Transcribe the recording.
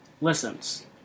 listens